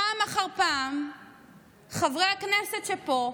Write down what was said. פעם אחר פעם חברי הכנסת פה,